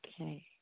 okay